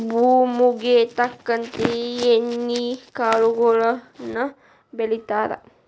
ಭೂಮುಗೆ ತಕ್ಕಂತೆ ಎಣ್ಣಿ ಕಾಳುಗಳನ್ನಾ ಬೆಳಿತಾರ